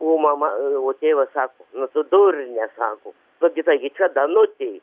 o mama o tėvas sako tu durne sako nu gi taigi čia danutė